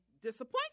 disappoint